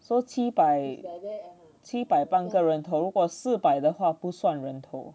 so 七百半个人头如果四百的话不算人头